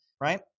right